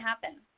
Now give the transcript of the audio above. happen